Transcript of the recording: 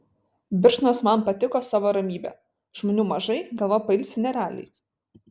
birštonas man patiko savo ramybe žmonių mažai galva pailsi nerealiai